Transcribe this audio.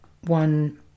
one